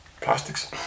plastics